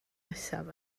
nesaf